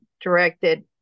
directed